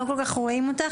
לא כל כך רואים אותך,